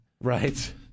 Right